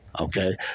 Okay